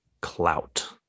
clout